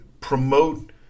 promote